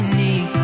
need